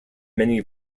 many